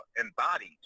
embodied